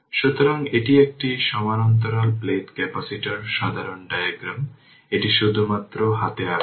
সুতরাং এটি একটি সমান্তরাল প্লেট ক্যাপাসিটর সাধারণ ডায়াগ্রাম এটি শুধুমাত্র হাতে আঁকা